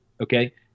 Okay